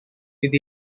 with